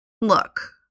Look